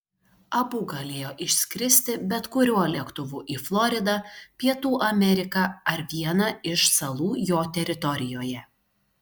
abu galėjo išskristi bet kuriuo lėktuvu į floridą pietų ameriką ar vieną iš salų jo teritorijoje